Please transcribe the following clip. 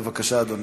בבקשה, אדוני.